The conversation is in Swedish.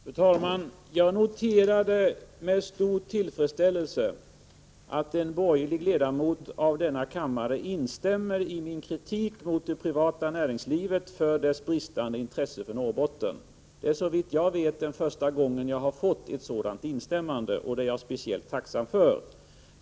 Fru talman! Jag noterar med stor tillfredsställelse att en borgerlig ledamot av denna kammare instämmer i min kritik mot det privata näringslivet för dess bristande intresse för Norrbotten. Det är såvitt jag vet första gången jag har fått ett sådant instämmande, och det är jag speciellt tacksam för.